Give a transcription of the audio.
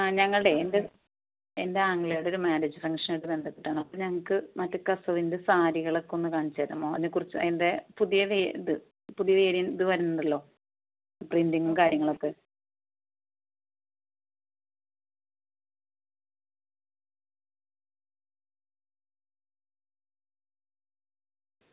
ആ ഞങ്ങളുടെ എൻ്റെ എൻ്റെ അങ്ങളയുടെ ഒരു മാര്യേജ് ഫംഗ്ഷൻ ആയിട്ട് ബന്ധപ്പെട്ടാണ് അപ്പോൾ ഞങ്ങൾക്ക് മറ്റേ കസവിൻറെ സാരികളൊക്കെ ഒന്ന് കാണിച്ചു തരാമോ അതിനെക്കുറിച്ച് അതിൻ്റെ പുതിയ ഇത് പുതിയ വേരിയ ഇത് വരുന്നുണ്ടല്ലോ പ്രിൻറിംഗ് കാര്യങ്ങളൊക്കെ